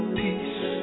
peace